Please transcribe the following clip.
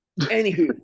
anywho